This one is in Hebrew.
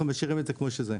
אנחנו משאירים את זה כמו שזה.